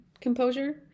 composure